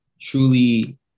truly